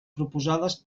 proposades